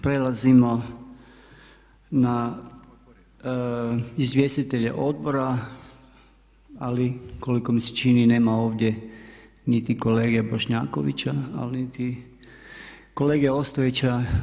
Prelazimo na izvjestitelje odbora ali koliko mi se čini, nema ovdje niti kolege Bošnjakovića a niti kolege Ostojića.